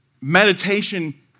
Meditation